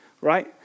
Right